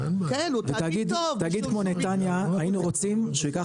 תאגיד כמו נתניה היינו רוצים שהוא ייקח